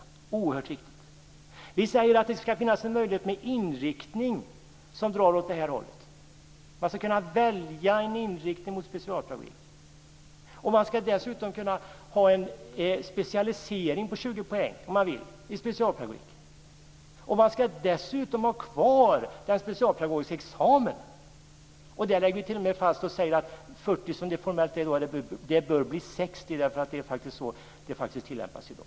Det är oerhört viktigt. Vi säger att det ska finnas en möjlighet att välja en inriktning som drar åt det här hållet. Man ska kunna välja en inriktning med specialpedagogik. Man ska dessutom kunna ha en specialisering på 20 poäng i specialpedagogik, om man vill. Man ska dessutom ha kvar en specialpedagogisk examen. Där lägger vi t.o.m. fast att 40 poäng, som det formellt är i dag, bör bli 60, därför att det är det som faktiskt tillämpas i dag.